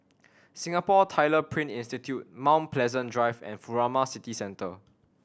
Singapore Tyler Print Institute Mount Pleasant Drive and Furama City Centre